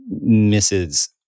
misses